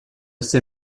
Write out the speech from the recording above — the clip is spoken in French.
ses